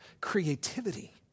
creativity